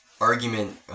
argument